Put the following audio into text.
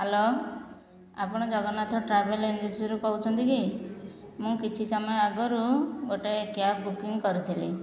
hello ଆପଣ Jagannath travel ଏଜେନ୍ସିରୁ କହୁଛନ୍ତି କି ମୁଁ କିଛି ସମୟ ଆଗରୁ ଗୋଟିଏ କ୍ୟାବ୍ ବୁକିଂ କରିଥିଲି